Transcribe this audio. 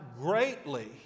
greatly